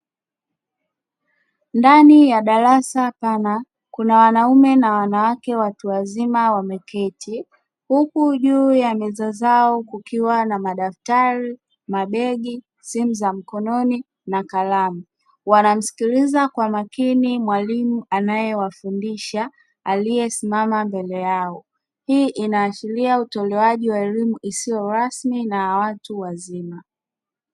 Ndani ya darasa pana kuna wanaume na wanawake watu wazima wameketi, huku juu ya meza zao kukiwa na madaftari, mabegi simu za mkononi na kalamu wanamsikiliza kwa makini mwalimu anayewafundisha aliyesimama mbele yao, hii inaashiria utolewaji wa elimu isiyo rasmi na watu wazima.